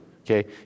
okay